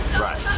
Right